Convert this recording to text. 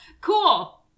cool